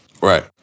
Right